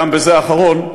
גם בזה האחרון,